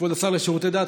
כבוד השר לשירותי דת,